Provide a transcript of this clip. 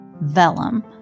Vellum